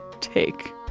take